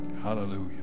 Hallelujah